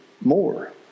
more